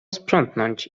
sprzątnąć